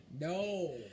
No